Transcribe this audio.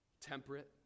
Temperate